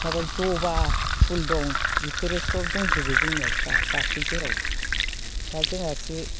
माबा जबा फुल दं बेफोरो सब दंजोबो जोंनियाव दा बाथौ सेराव दा जोंहासो